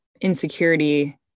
insecurity